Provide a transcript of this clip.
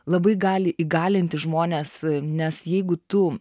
labai gali įgalinti žmones nes jeigu tu